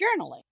Journaling